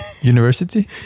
university